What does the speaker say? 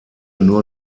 nur